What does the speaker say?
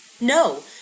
no